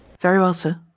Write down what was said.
very well, sir.